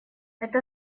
это